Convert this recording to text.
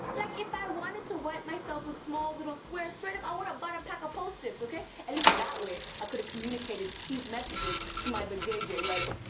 like if i wanted to wipe myself with small little squares, straight up i woulda bought a pack of post-its, okay? at least that way, i coulda communicated cute messages to my vajayjay like,